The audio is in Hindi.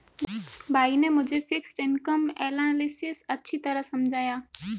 भाई ने मुझे फिक्स्ड इनकम एनालिसिस अच्छी तरह समझाया